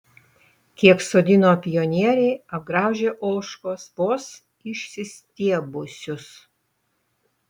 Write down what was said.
kiek sodino pionieriai apgraužia ožkos vos išsistiebusius